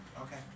Okay